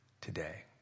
today